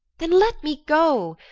then let me go,